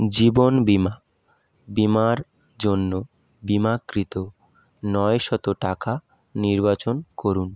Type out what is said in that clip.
জীবন বিমা বিমার জন্য বিমাকৃত নয়শত টাকা নির্বাচন করুন